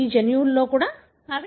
ఈ జన్యువులో విలీనం చేయబడదు